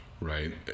Right